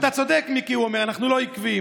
אתה צודק, מיקי, הוא אומר, אנחנו לא עקביים.